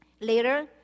Later